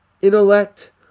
intellect